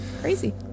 Crazy